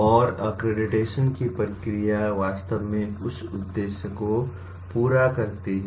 और अक्रेडिटेशन की प्रक्रिया वास्तव में उस उद्देश्य को पूरा करती है